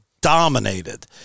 dominated